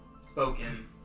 spoken